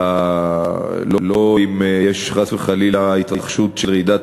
לא אם יש חס וחלילה התרחשות של רעידת